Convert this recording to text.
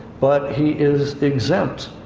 but he is exempt.